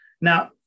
Now